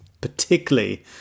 particularly